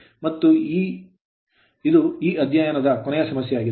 ಮತ್ತು ಇದು ಈ ಅಧ್ಯಾಯದ ಕೊನೆಯ ಸಮಸ್ಯೆಯಾಗಿದೆ